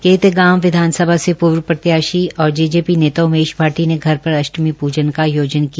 के तिगांव विधानसभा से पूर्व प्रत्याशी और जेजेपी नेता उमेश भाटी ने घर पर अष्टमी पूजन का आयोजन किया